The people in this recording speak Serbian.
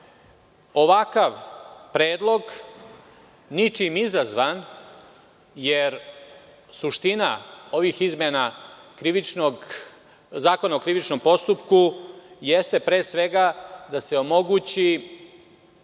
ovakav predlog, ničim izazvan, jer suština ovih izmena Zakona o krivičnom postupku jeste pre svega da se omogući